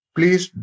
Please